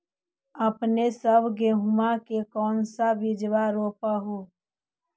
अपने सब गेहुमा के कौन सा बिजबा रोप हू?